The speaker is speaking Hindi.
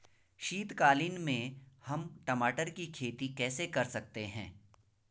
शीतकालीन में हम टमाटर की खेती कैसे कर सकते हैं?